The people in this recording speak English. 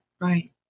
Right